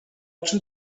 czym